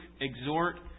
exhort